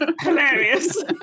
hilarious